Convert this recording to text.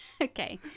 Okay